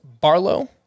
Barlow